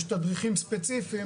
יש תדריכים ספציפיים